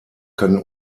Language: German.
können